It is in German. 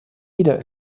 wieder